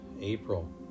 April